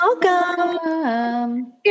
welcome